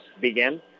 begin